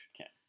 Okay